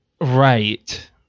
Right